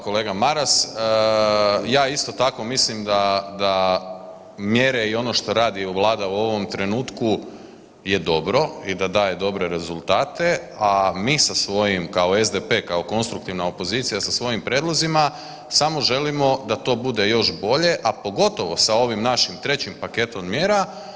Kolega Maras, ja isto tako mislim da mjere i ono što radi Vlada u ovom trenutku je dobro i da daje dobre rezultate, a mi sa svojim kao SDP, kao konstruktivna opozicija sa svojim prijedlozima samo želimo da to bude još bolje, a pogotovo sa ovim našim trećim paketom mjera.